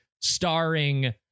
starring